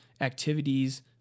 activities